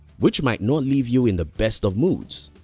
which might not leave you in the best of moods.